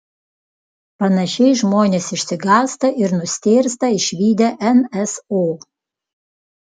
panašiai žmonės išsigąsta ir nustėrsta išvydę nso